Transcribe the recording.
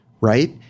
right